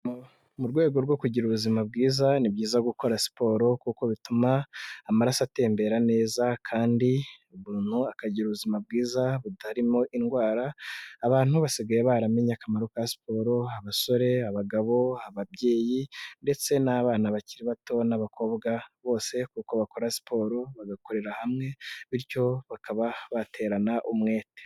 Mu rwego rwo kugira ubuzima bwiza, ni byiza gukora siporo kuko bituma amaraso atembera neza kandi buntu akagira ubuzima bwiza butarimo indwara abantu basigaye baramenye akamaro ka siporo abasore, abagabo, ababyeyi ndetse n'abana bakiri bato n'abakobwa bose kuko bakora siporo bagakorera hamwe bityo bakaba baterana umwete.